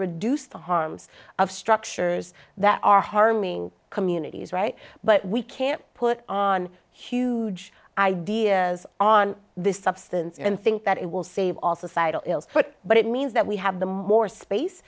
reduce the harms of structures that are harming communities right but we can't put on huge ideas on this substance and think that it will save all societal ills but but it means that we have the more space